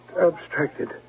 abstracted